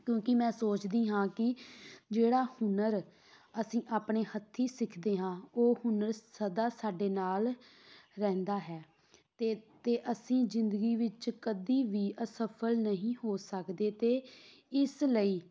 ਕਿਉਂਕਿ ਮੈਂ ਸੋਚਦੀ ਹਾਂ ਕਿ ਜਿਹੜਾ ਹੁਨਰ ਅਸੀਂ ਆਪਣੇ ਹੱਥੀਂ ਸਿੱਖਦੇ ਹਾਂ ਉਹ ਹੁਨਰ ਸਦਾ ਸਾਡੇ ਨਾਲ ਰਹਿੰਦਾ ਹੈ ਅਤੇ ਅਤੇ ਅਸੀਂ ਜ਼ਿੰਦਗੀ ਵਿੱਚ ਕਦੀ ਵੀ ਅਸਫਲ ਨਹੀਂ ਹੋ ਸਕਦੇ ਅਤੇ ਇਸ ਲਈ